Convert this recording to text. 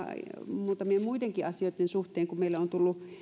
muutamien muidenkin asioitten suhteen kun meille on tullut